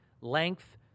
length